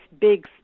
big